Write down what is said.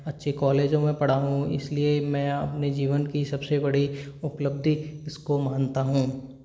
अच्छे कॉलेजों में पढ़ा हूँ इसलिए मैं अपने जीवन की सबसे बड़ी उपलब्धि इसको मानता हूँ